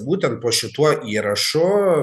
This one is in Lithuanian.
būtent po šituo įrašu